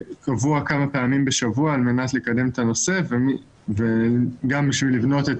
קבוע כמה פעמים בשבוע על מנת לקדם את הנושא וגם בשביל לבנות את